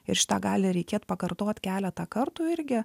ir šitą gali reikėt pakartot keletą kartų irgi